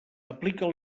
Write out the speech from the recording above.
aplica